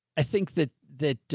i think that, that,